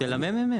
של הממ"מ